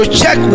check